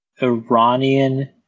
Iranian